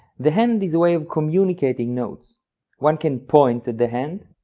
the hand is a way of communicating notes one can point at the hand,